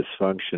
dysfunction